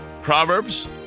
Proverbs